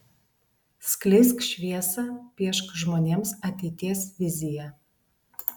skleisk šviesą piešk žmonėms ateities viziją